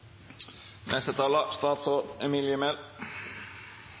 neste taler